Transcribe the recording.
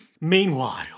Meanwhile